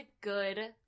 good